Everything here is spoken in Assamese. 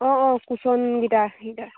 অঁ অঁ কুশ্য়নকেইটা সেইকেইটা